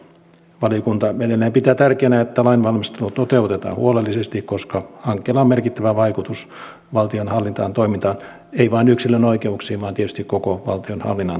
valiokunta edelleen pitää tärkeänä että lainvalmistelu toteutetaan huolellisesti koska hankkeella on merkittävä vaikutus valtionhallinnon toimintaan ei vain yksilön oikeuksiin vaan tietysti koko valtionhallinnon toimintaan